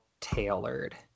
tailored